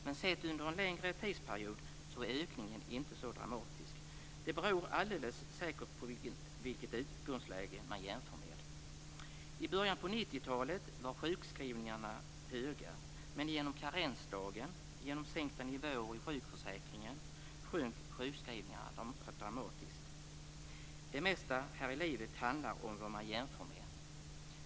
Men sett under en längre tidsperiod är ökningen inte så dramatisk. Det beror alldeles säkert på vilket utgångsläge som man jämför med. I början på 90-talet var antalet sjukskrivningar högt, men genom karensdagen och genom sänkta nivåer i sjukförsäkringen sjönk antalet sjukskrivningar dramatiskt. Det mesta här i livet handlar om vad man jämför med.